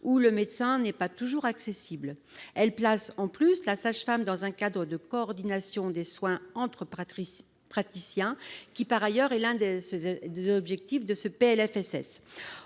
où le médecin n'est pas toujours accessible. Elle placerait en plus la sage-femme dans un cadre de coordination des soins entre praticiens, conformément à l'un des objectifs de ce PLFSS.